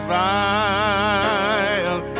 vile